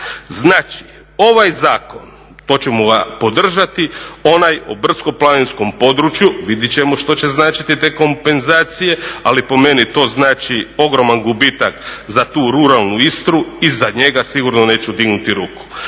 Znači ovaj zakon, to ćemo ga podržati onaj o brdsko planinskom području, vidjet ćemo što će značiti te kompenzacije, ali po meni to znači ogroman gubitak za tu ruralnu Istru i za njega sigurno neću dignuti ruku.